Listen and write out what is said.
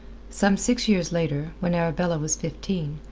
some six years later, when arabella was fifteen,